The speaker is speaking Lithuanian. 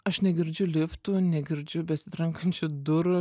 aš negirdžiu liftų negirdžiu besitrankančių durų